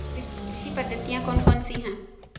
कृषि पद्धतियाँ कौन कौन सी हैं?